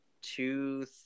two